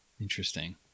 Interesting